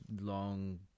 long